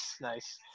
nice